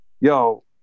Yo